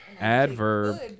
adverb